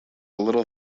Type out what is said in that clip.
little